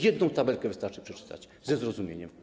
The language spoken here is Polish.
Jedną tabelkę wystarczy przeczytać ze zrozumieniem.